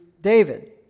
David